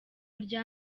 rya